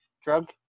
drug